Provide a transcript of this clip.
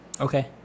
Okay